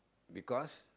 because